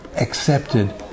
accepted